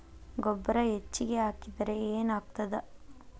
ಗೊಬ್ಬರ ಹೆಚ್ಚಿಗೆ ಹಾಕಿದರೆ ಏನಾಗ್ತದ?